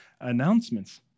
announcements